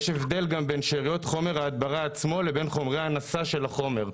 יש גם הבדל בין שאריות חומר ההדברה עצמו לבין חומרי הנשא של החומר.